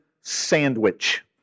sandwich